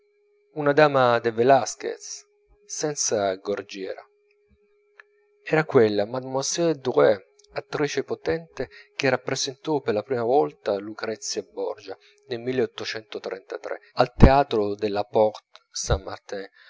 una dama del velasquez senza gorgiera era quella mademoiselle drouet attrice potente che rappresentò per la prima volta lucrezia borgia nel al teatro della porte saint martin